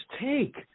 take